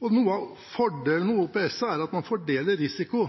og noe av fordelen ved OPS-et er at man fordeler risiko.